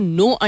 no